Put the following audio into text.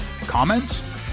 Comments